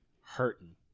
hurting